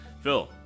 Phil